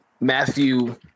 Matthew